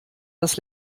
das